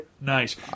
Nice